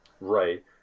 right